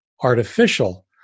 Artificial